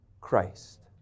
Christ